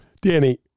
Danny